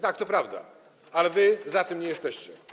Tak, to prawda, ale wy za tym nie jesteście.